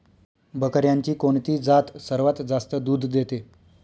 बकऱ्यांची कोणती जात सर्वात जास्त दूध देते?